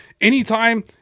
anytime